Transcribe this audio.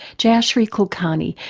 jayashri kulkarni,